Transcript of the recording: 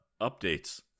updates